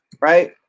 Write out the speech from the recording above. Right